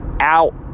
out